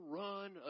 run